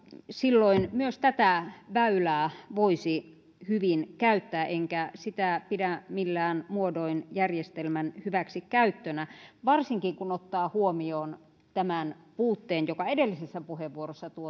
silloin myös tätä väylää voisi hyvin käyttää enkä sitä pidä millään muodoin järjestelmän hyväksikäyttönä varsinkin kun ottaa huomioon tämän puutteen joka edellisessä puheenvuorossa